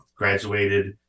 graduated